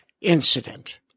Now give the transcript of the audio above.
incident